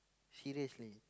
seriously